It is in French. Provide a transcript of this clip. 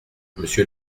monsieur